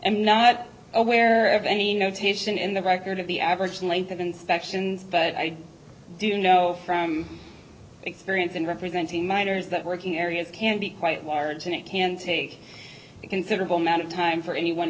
am not aware of any notation in the record of the average length of inspections but i do know from experience in representing miners that working areas can be quite large and it can take a considerable amount of time for any one